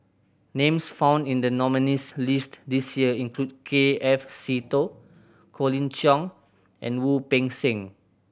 names found in the nominees' list this year include K F Seetoh Colin Cheong and Wu Peng Seng